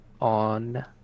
on